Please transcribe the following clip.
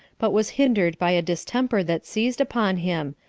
but was hindered by a distemper that seized upon him,